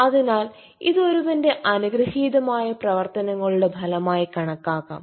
അതിനാൽ ഇത് ഒരുവന്റെ അനുഗ്രഹീതമായ പ്രവർത്തനങ്ങളുടെ ഫലമായി കണക്കാക്കാം